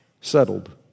settled